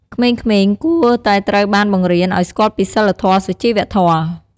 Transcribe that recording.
ក្មេងៗគួរតែត្រូវបានបង្រៀនឲ្យស្គាល់ពីសីលធម៍ សុជីវធម៍។